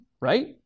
Right